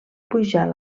pujar